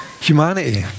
Humanity